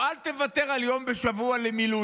או, אל תוותר על יום בשבוע למילואים.